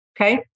Okay